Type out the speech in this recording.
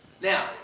Now